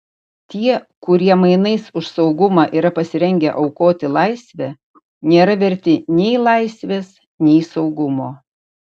tie kurie mainais už saugumą yra pasirengę aukoti laisvę nėra verti nei laisvės nei saugumo